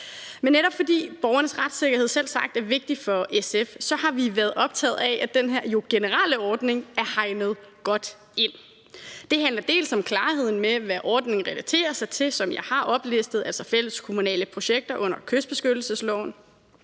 Netop fordi borgernes retssikkerhed selvsagt er vigtig for SF, har vi været optaget af, at den her generelle ordning er hegnet godt ind. Det handler om klarhed om, hvad ordningen relateres til, hvilket jeg har oplistet, nemlig fælleskommunale projekter under kystbeskyttelsesloven,